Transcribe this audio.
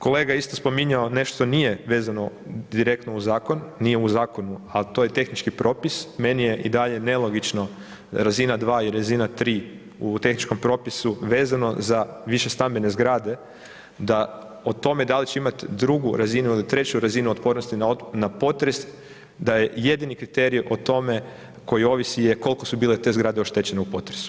Kolega je isto spominjao nešto nije vezano direktno u zakon, al to je tehnički propis, meni je i dalje nelogično razina 2 i razina 3 u tehničkom propisu vezano za višestambene zgrade da o tome da li će imati 2 razinu ili 3 razinu otpornosti na potres, da je jedini kriterij o tome koji ovisi je koliko su bile te zgrade oštećene u potresu.